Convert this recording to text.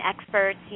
experts